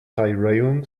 thirayum